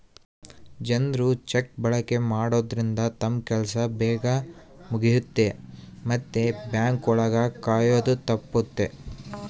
ಜನ್ರು ಚೆಕ್ ಬಳಕೆ ಮಾಡೋದ್ರಿಂದ ತಮ್ ಕೆಲ್ಸ ಬೇಗ್ ಮುಗಿಯುತ್ತೆ ಮತ್ತೆ ಬ್ಯಾಂಕ್ ಒಳಗ ಕಾಯೋದು ತಪ್ಪುತ್ತೆ